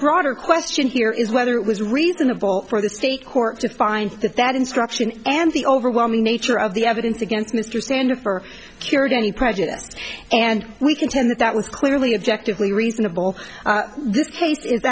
broader question here is whether it was reasonable for the state court to find that instruction and the overwhelming nature of the evidence against mr sander for cured any prejudice and we contend that was clearly objective a reasonable this case i